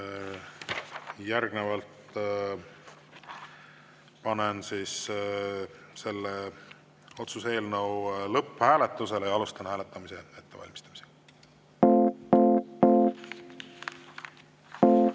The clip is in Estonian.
Järgnevalt panen selle otsuse eelnõu lõpphääletusele. Alustame hääletamise ettevalmistamist.